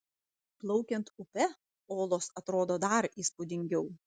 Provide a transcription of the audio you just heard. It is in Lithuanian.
plaukiant upe olos atrodo dar įspūdingiau